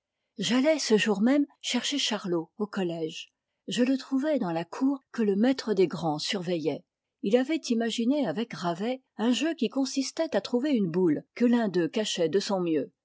j'allai ce jour même chercher charlot au collège je le trouvai dans la cour que le maître des grands surveillait il avait imaginé avec ravet un jeu qui consistait à trouver une boule que l'un d'eux cachait de son mieux